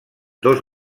dos